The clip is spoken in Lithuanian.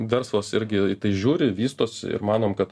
verslas irgi į tai žiūri vystosi ir manom kad